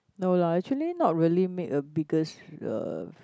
no lah actually not really make a biggest uh